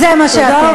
זה מה שאתם.